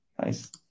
Nice